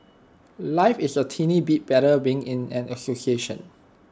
life is A tiny bit better being in an association